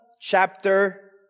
chapter